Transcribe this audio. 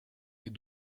est